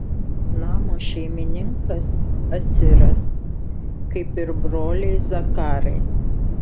namo šeimininkas asiras kaip ir broliai zakarai